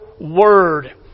Word